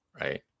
right